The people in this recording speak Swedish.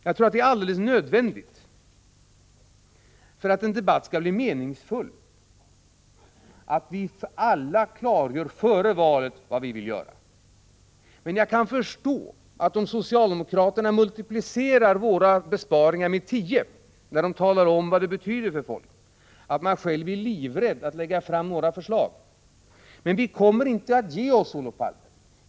Jag tror att det är helt nödvändigt, för att en debatt skall bli meningsfull, att vi alla före valet klargör vad vi vill göra. Jag kan förstå att socialdemokraterna, om de multiplicerar våra besparingar med tio när de talar om för folk vad dessa besparingar betyder, själva är livrädda för att lägga fram några förslag. Men vi kommer inte att ge oss, Olof Palme.